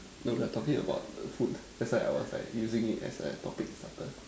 no we are talking about the food that's why I was like using as a topic starter